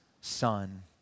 son